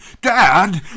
dad